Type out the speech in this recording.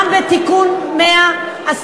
חבר הכנסת שמולי, למה אתה מפריע לה?